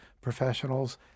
professionals